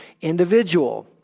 individual